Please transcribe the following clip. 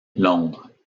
londres